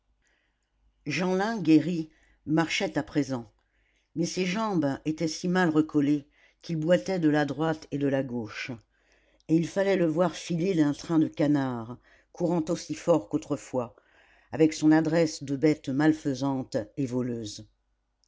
jeanlin guéri marchait à présent mais ses jambes étaient si mal recollées qu'il boitait de la droite et de la gauche et il fallait le voir filer d'un train de canard courant aussi fort qu'autrefois avec son adresse de bête malfaisante et voleuse